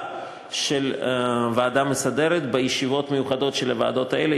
של הוועדה המסדרת בישיבות מיוחדות של הוועדות האלה.